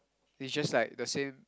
they just like the same